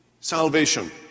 salvation